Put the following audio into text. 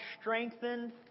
strengthened